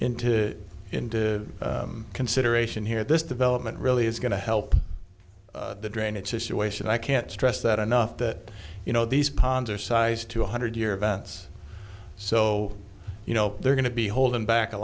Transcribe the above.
into into consideration here this development really is going to help the drainage issue ation i can't stress that enough that you know these ponds are sized to one hundred year events so you know they're going to be holding back a